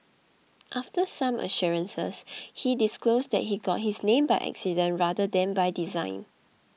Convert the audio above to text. after some assurances he disclosed that he got his name by accident rather than by design